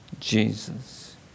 Jesus